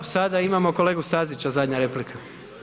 Sada imamo kolegu Stazića, zadnja replika.